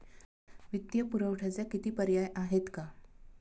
वित्तीय पुरवठ्याचे किती पर्याय आहेत का?